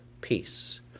peace